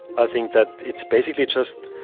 i think that it is basically just.